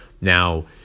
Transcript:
Now